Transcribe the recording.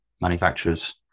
manufacturers